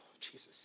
Jesus